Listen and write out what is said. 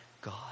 God